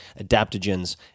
adaptogens